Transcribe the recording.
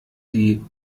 die